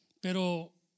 Pero